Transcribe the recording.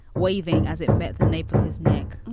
waving as it met the nape of his neck. oh,